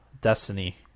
destiny